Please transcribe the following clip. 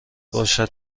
باشد